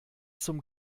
zum